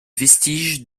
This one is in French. vestiges